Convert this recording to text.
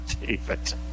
David